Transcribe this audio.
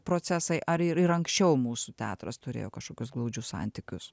procesai ar ir ir anksčiau mūsų teatras turėjo kažkokius glaudžius santykius